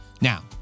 Now